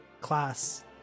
class